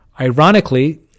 Ironically